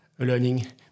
Learning